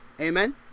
Amen